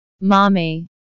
Mommy